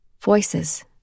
Voices